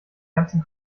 ganzen